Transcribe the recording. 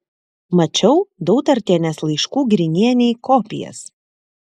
mačiau dautartienės laiškų grinienei kopijas